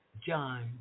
John